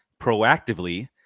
proactively